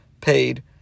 paid